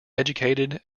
educated